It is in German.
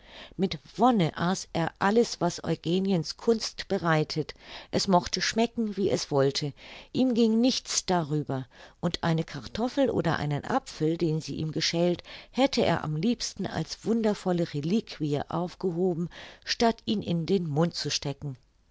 mit wonne aß er alles was eugeniens kunst bereitet es mochte schmecken wie es wollte ihm ging nichts darüber und eine kartoffel oder einen apfel den sie ihm geschält hätte er am liebsten als wundervolle reliquie aufgehoben statt ihn in den mund zu stecken